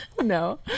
No